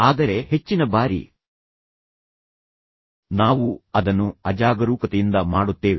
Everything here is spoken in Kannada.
ಆದರೆ ಹೆಚ್ಚಿನ ಬಾರಿ ನಾವು ಅದನ್ನು ಅಜಾಗರೂಕತೆಯಿಂದ ಮಾಡುತ್ತೇವೆ